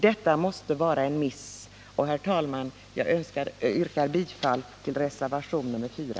Detta måste vara en miss. Herr talman! Jag yrkar bifall till reservationen 4.